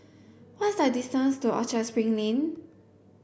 what is the distance to Orchard Spring Lane